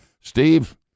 steve